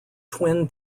twin